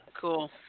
cool